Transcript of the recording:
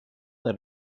that